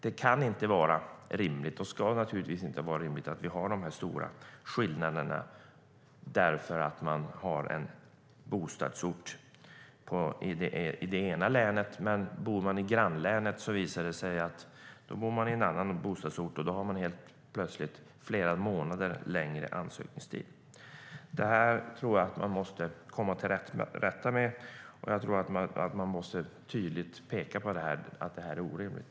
Det är inte rimligt med så stora skillnader beroende på att man har sin bostadsort i ett visst län och att det helt plötsligt är flera månader längre ansökningstid om man har sin bostadsort i grannlänet. Det måste man komma till rätta med. Jag tror att man tydligt måste peka på att detta är orimligt.